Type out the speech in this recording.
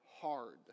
hard